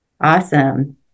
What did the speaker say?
Awesome